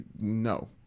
no